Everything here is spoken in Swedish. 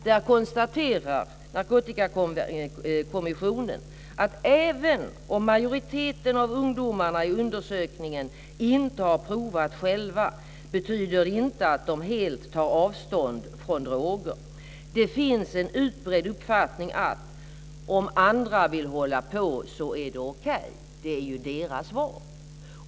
Där konstaterar Narkotikakommissionen att även om majoriteten av ungdomarna i undersökningen inte har provat själva betyder inte det att de helt tar avstånd från droger. Det finns en utbredd uppfattning om att "om andra vill hålla på så är det okej - det är ju deras val".